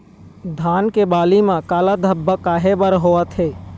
धान के बाली म काला धब्बा काहे बर होवथे?